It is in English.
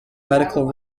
medical